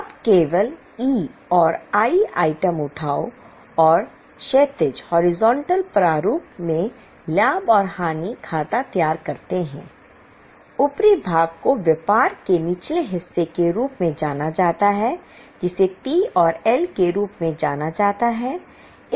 अब केवल ई प्रारूप में लाभ और हानि खाता तैयार करते हैं ऊपरी भाग को व्यापार के निचले हिस्से के रूप में जाना जाता है जिसे पी और एल के रूप में जाना जाता है